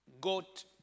got